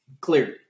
Clearly